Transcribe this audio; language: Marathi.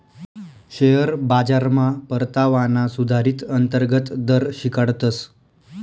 शेअर बाजारमा परतावाना सुधारीत अंतर्गत दर शिकाडतस